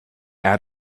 out